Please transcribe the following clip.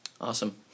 awesome